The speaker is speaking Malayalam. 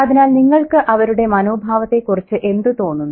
അതിനാൽ നിങ്ങൾക്ക് അവരുടെ മനോഭാവത്തെക്കുറിച്ച് എന്തു തോന്നുന്നു